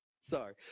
sorry